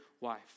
wife